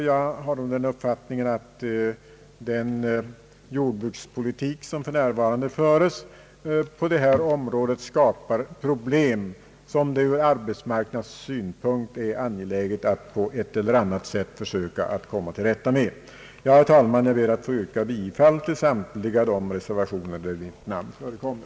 Jag anser att den jordbrukspolitik som för närvarande förs på detta område skapar problem som det ur arbetsmarknadssynpunkt är angeläget att på ett eller annat sätt försöka komma till rätta med. Jag ber, herr talman, att få yrka bifall till samtliga de reservationer där mitt namn förekommer.